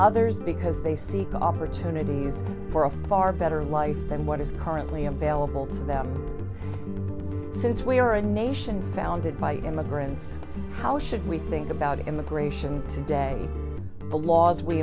others because they seek opportunities for a far better life than what is currently available to them since we are a nation founded by immigrants how should we think about immigration today the laws we